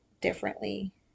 differently